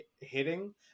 hitting